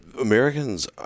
Americans